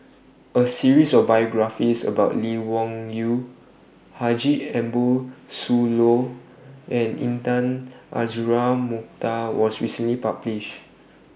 A series of biographies about Lee Wung Yew Haji Ambo Sooloh and Intan Azura Mokhtar was recently published